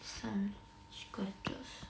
some scratches